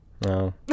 No